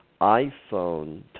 iPhone